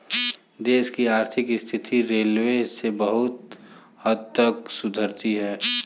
देश की आर्थिक स्थिति रेलवे से बहुत हद तक सुधरती है